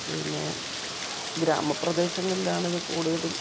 പിന്നെ ഗ്രാമപ്രദേശങ്ങളിലാണിത് കൂടുതലും